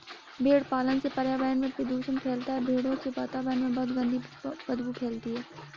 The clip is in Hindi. भेड़ पालन से पर्यावरण में प्रदूषण फैलता है भेड़ों से वातावरण में बहुत गंदी बदबू फैलती है